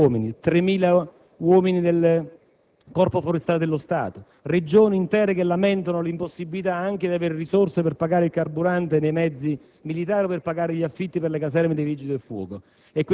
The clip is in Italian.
riconosciuta dallo stesso Governo. Si parla di 15.000 uomini; 3.000 uomini del Corpo forestale dello Stato; Regioni intere che lamentano l'impossibilità anche di avere risorse per pagare il carburante dei mezzi